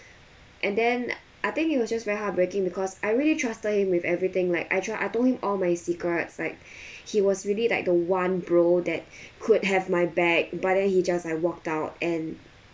and then I think it was just very heartbreaking because I really trusted him with everything like I try I told him all my secrets like he was really like the one bro that could have my back but then he just like walked out and